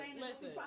listen